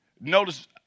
Notice